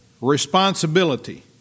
responsibility